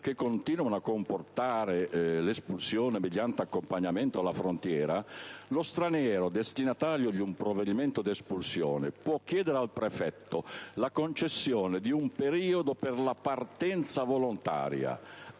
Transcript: che continuano a comportare l'espulsione mediante accompagnamento alla frontiera, lo straniero destinatario di un provvedimento di espulsione possa chiedere al prefetto la concessione di un periodo per la partenza volontaria,